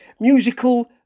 musical